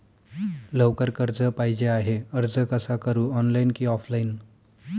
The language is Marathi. लवकर कर्ज पाहिजे आहे अर्ज कसा करु ऑनलाइन कि ऑफलाइन?